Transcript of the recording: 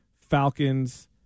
Falcons